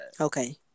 Okay